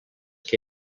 que